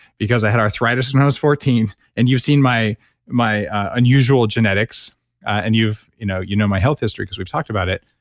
because i had arthritis when i was fourteen and you've seen my my unusual genetics and you know you know my health history, because we've talked about it.